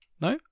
No